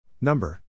number